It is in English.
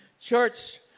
Church